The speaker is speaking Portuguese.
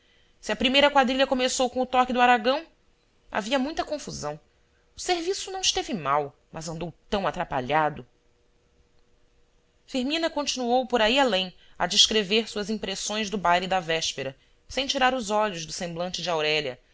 se a primeira quadrilha começou com o toque do aragão havia muita confusão o serviço não esteve mau mas andou tão atrapalhado firmina continuou por aí além a descrever suas impressões do baile da véspera sem tirar os olhos do semblante de aurélia